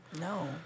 No